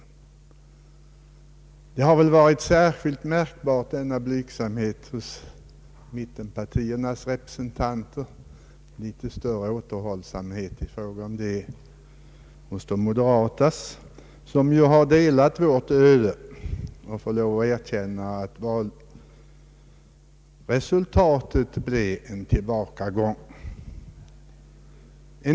Denna blygsamhet har varit särskilt märkbar hos mittenpartiernas representanter, men jag medger att det har varit lite större återhållsamhet ifrån den moderata vars parti delar vårt öde att tvingas erkänna att valresultatet blev en tillbakagång för partiet.